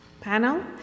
panel